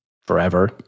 forever